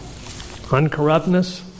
uncorruptness